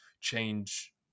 change